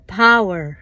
power